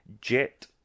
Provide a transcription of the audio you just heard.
Jet